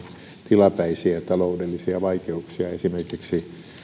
tilapäisiä taloudellisia vaikeuksia esimerkiksi